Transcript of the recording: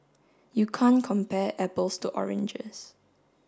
you can't compare apples to oranges